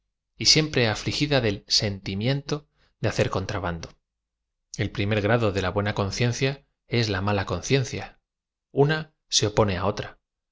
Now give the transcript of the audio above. y siem pre afligida del sentimiento de hacer contrabando e l prim er grado de la buena conciencia es la m ala con ciencia una ae opone á otra